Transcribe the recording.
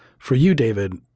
for you david,